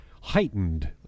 heightened